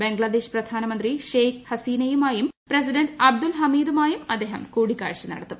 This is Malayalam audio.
ബംഗ്ലാദേശ് പ്രധാന്മന്ത്രി ഷെയ്ഖ് ഹസീനയുമായും പ്രസിദ്ധ്ന്റ് അബ്ദുൽ ഹമീദുമായും അദ്ദേഹം കൂടിക്കാഴ്ച നീട്ടത്തും